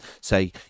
say